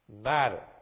Matter